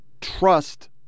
trust